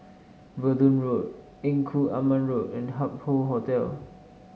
Verdun Road Engku Aman Road and Hup Hoe Hotel